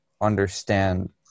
understand